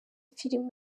film